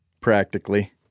practically